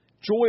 Joy